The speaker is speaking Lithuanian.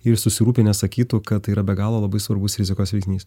ir susirūpinęs sakytų kad tai yra be galo labai svarbus rizikos veiksnys